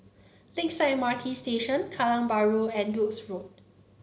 Lakeside M R T Station Kallang Bahru and Duke's Road